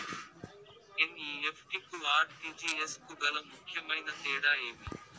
NEFT కు RTGS కు గల ముఖ్యమైన తేడా ఏమి?